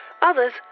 Others